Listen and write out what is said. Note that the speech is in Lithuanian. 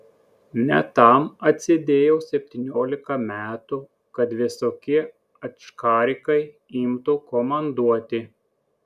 ne tam atsėdėjau septyniolika metų kad visokie ačkarikai imtų komanduoti